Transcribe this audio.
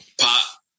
pop